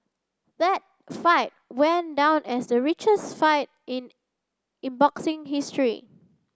that fight went down as the richest fight in in boxing history